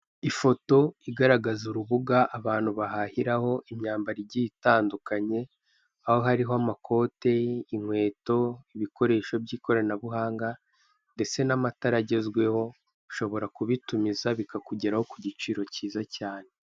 Ifoto igaragaza urubuga abantu bahahiraho imyambaro igiye itandukanye, aho hariho amakote, inkweto, ibikoresho by'ikoranabuhanga ndetse n'amatara agezweho. Ushobora kubitumiza bikakugeraho ku giciro cyiza cyane.